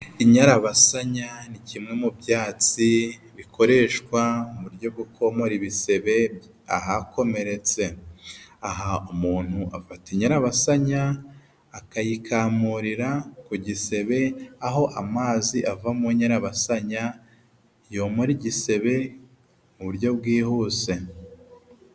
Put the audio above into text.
Inyarabasanya ni kimwe mu byatsi bikoreshwa mu buryo bwokomora ibisebe ahakomeretse, aha umuntu afata inyarabasanya akayikamurira ku gisebe, aho amazi ava mu nyarabasanya yomora igisebe mu buryo bwihuse.